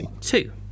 two